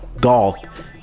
golf